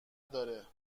داره